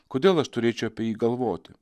kodėl aš turėčiau apie jį galvoti